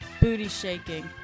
booty-shaking